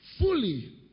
fully